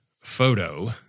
photo